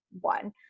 one